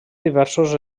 diversos